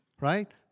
Right